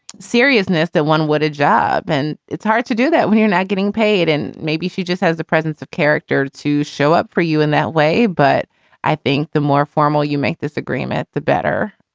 seriousness. that one, what a job. and it's hard to do that when you're not getting paid. and maybe she just has the presence of character to show up for you in that way. but i think the more formal you make this agreement, the better.